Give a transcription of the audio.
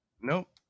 nope